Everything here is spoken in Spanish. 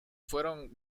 fueron